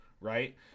right